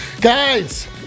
Guys